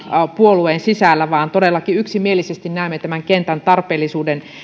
puolueen sisällä vaan todellakin yksimielisesti näemme tämän kentän tarpeellisuuden